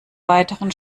weiteren